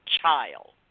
child